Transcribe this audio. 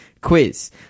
quiz